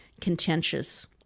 contentious